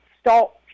stop